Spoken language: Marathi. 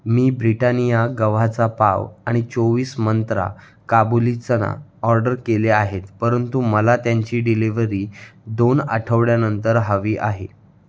मी ब्रिटानिया गव्हाचा पाव आणि चोवीस मंत्रा काबुली चना ऑर्डर केले आहेत परंतु मला त्यांची डिलिवरी दोन आठवड्यानंतर हवी आहे